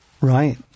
Right